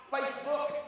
Facebook